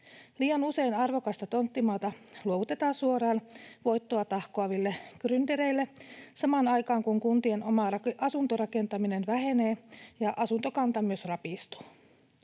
Liian usein arvokasta tonttimaata luovutetaan suoraan voittoa tahkoaville gryndereille samaan aikaan, kun kuntien oma asuntorakentaminen vähenee ja asuntokanta myös rapistuu.